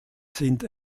sind